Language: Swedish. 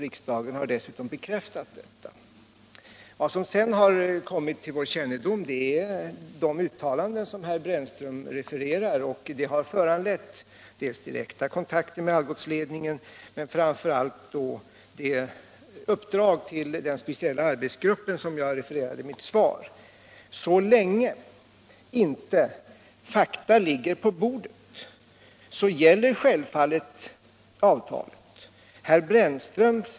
Riksdagen har dessutom bekräftat detta. Vad som därutöver har kommit till vår kännedom är de uttalanden som herr Brännström refererar, och de har föranlett dels direkta kontakter med Algotsledningen, dels och framför allt uppdraget till den speciella arbetsgrupp som jag hänvisade till i mitt svar. Så länge inte nya fakta föranleder andra dispositioner gäller självfallet avtalet. Vad herr Brännström.